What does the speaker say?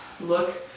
Look